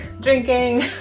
drinking